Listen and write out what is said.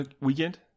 weekend